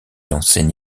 enseigne